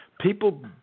People